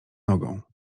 nogą